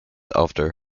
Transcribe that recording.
after